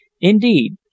Indeed